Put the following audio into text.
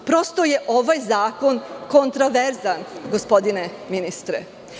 Prosto, ovaj zakon je kontroverzan, gospodine ministre.